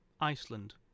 Iceland